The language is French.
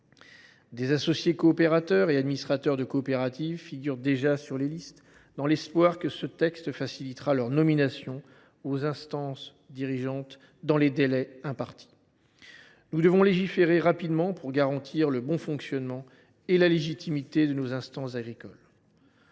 Des associés coopérateurs et des administrateurs de coopératives figurent déjà sur les listes électorales, dans l’espoir que ce texte facilitera leur nomination aux instances dirigeantes dans les délais impartis. Nous devons légiférer rapidement pour garantir le bon fonctionnement et la légitimité de nos instances agricoles.